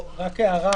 עוד הערות?